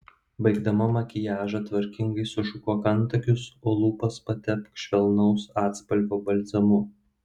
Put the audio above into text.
baigdama makiažą tvarkingai sušukuok antakius o lūpas patepk švelnaus atspalvio balzamu